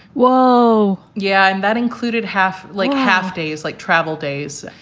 well, yeah. and that included half lync half days, like travel days.